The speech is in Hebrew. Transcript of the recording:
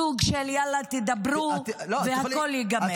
סוג של "יאללה תדברו והכול ייגמר".